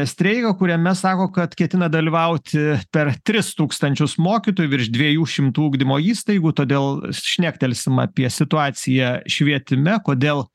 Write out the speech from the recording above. streiką kuriame sako kad ketina dalyvauti per tris tūkstančius mokytojų virš dviejų šimtų ugdymo įstaigų todėl šnektelsim apie situaciją švietime kodėl